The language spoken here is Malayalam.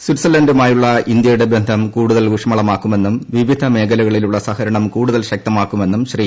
സ്വിറ്റ്സർലാൻുമായുള്ള ഇന്ത്യയുടെ ബന്ധം കൂടുതൽ ഊഷ്മളമാക്കുമെന്നും വിവിധ മേഖലകളിലുള്ള സഹകരണം കൂടുതൽ ശക്തമാക്കുമെന്നും ശ്രീ